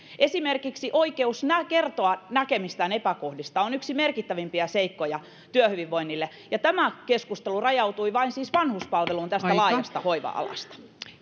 esimerkiksi oikeus kertoa näkemistään epäkohdista on yksi merkittävimpiä seikkoja työhyvinvoinnille ja tämä keskustelu rajautui siis vain vanhuspalveluun tästä laajasta hoiva alasta